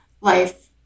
life